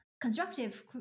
constructive